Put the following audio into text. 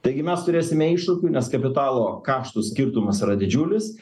taigi mes turėsime iššūkių nes kapitalo kaštų skirtumas yra didžiulis